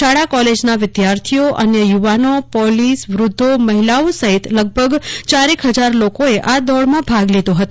શાળા કોલેજના વિદ્યાર્થીઓ અન્ય યુવાનો પોલીસ વૃદ્વો મહિલાઓ સહિત આશરે ચોરક હજાર લોકોએ આ દોડમાં ભાગ લીધો હતો